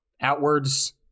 outwards